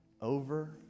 over